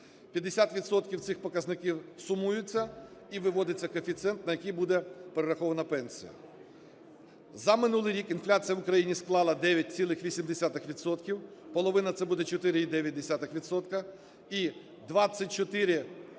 цих показників сумуються і виводиться коефіцієнт, на який буде перерахована пенсія. За минулий рік інфляція в Україні склала 9,8 відсотків, половина – це буде 4,9